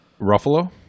Ruffalo